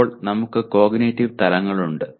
അപ്പോൾ നമുക്ക് കോഗ്നിറ്റീവ് തലങ്ങളുണ്ട്